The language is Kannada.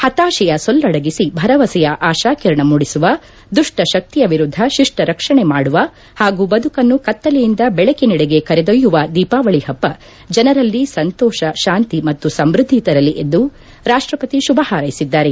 ಹತಾಶೆಯ ಸೊಲ್ಲಡಗಿಸಿ ಭರವಸೆಯ ಆಶಾಕಿರಣ ಮೂದಿಸುವ ದುಷ್ಪಶಕ್ತಿಯ ವಿರುದ್ದ ಶಿಷ್ನ ರಕ್ಷಣೆ ಮಾಡುವ ಹಾಗೂ ಬದುಕನ್ನು ಕತ್ತಲೆಯಿಂದ ಬೆಳಕಿನಡೆಗೆ ಕರೆದೊಯ್ಯುವ ದೀಪಾವಳಿ ಹಬ್ಬ ಜನರಲ್ಲಿ ಸಂತೋಷ ಶಾಂತಿ ಮತ್ತು ಸಮ್ಬದ್ದಿ ತರಲಿ ಎಂದು ರಾಷ್ಟ್ರಪತಿ ಶುಭ ಹಾರ್ೈಸಿದ್ದಾರೆ